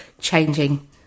changing